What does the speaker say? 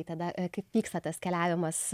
tada kaip vyksta tas keliavimas